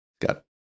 got